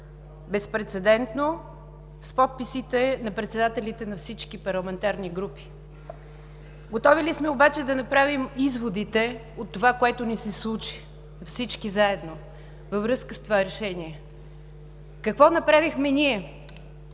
безпрецедентно, с подписите на председателите на всички парламентарни групи. Готови ли сме обаче да направим изводите от това, което ни се случи – всички заедно, във връзка с това решение? Какво направихме ние?